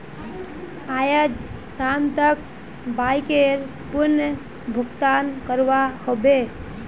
आइज शाम तक बाइकर पूर्ण भुक्तान करवा ह बे